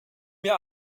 wir